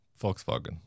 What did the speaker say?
Volkswagen